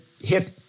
hit